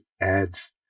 adds